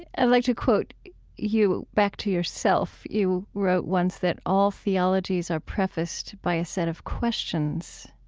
i'd like to quote you, back to yourself. you wrote once that all theologies are prefaced by a set of questions.